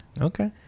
Okay